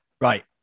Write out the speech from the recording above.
right